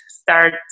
start